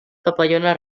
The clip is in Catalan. papallones